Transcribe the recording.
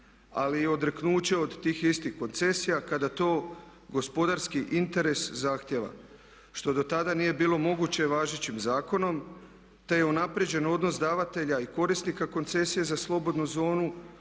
ali i odreknuće od tih istih koncesija kada to gospodarski interes zahtijeva što do tada nije bilo moguće važećim zakonom, te je unaprijeđen odnos davatelja i korisnika koncesije za slobodnu zonu